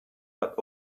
but